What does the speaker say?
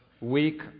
weak